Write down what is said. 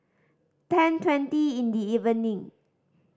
ten twenty in the evening